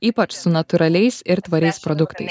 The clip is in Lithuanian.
ypač su natūraliais ir tvariais produktai